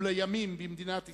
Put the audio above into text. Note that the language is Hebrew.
ולימים במדינת ישראל,